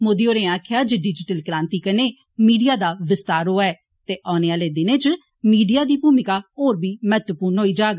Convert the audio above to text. मोदी होरे आक्खेआ जे डिजिटल क्रांति कन्नै मीडिया दा विस्तार होआ ऐ ते औेने आले दिनें च मीडिया दी भूमिका होर बी महत्वपूर्ण होई जाग